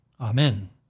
Amen